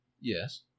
Yes